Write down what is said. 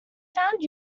found